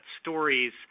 stories